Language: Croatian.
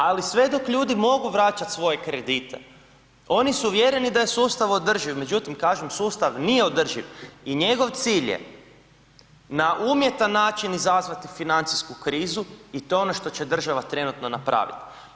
Ali sve dok ljudi mogu vraćat svoje kredite oni su uvjereni da je sustav održiv, međutim kažem sustav nije održiv i njegov cilj je na umjetan način izazvati financijsku krizu i to je ono što će država trenutno napraviti.